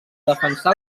defensar